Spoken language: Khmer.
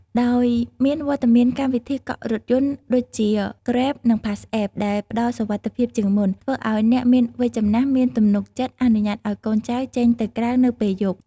ដោយមានវត្តមានកម្មវិធីកក់រថយន្តដូចជា Grab និង PassApp ដែលផ្តល់សុវត្ថិភាពជាងមុន ធ្វើឱ្យអ្នកមានវ័យចំណាស់មានទំនុកចិត្តអនុញ្ញាតឱ្យកូនចៅចេញទៅក្រៅនៅពេលយប់។